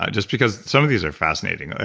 ah just because some of these are fascinating.